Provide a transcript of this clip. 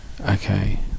Okay